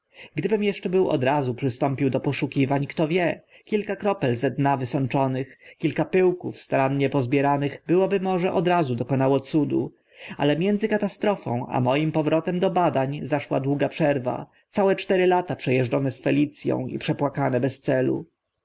gdybym eszcze był od razu przystąpił do poszukiwań kto wie kilka kropel ze dna wysączonych kilka pyłków starannie pozbieranych byłoby może od razu dokonało cudu ale między katastrofą a moim powrotem do badań zaszła długa przerwa całe cztery lata prze eżdżone z felic ą i przepłakane bez celu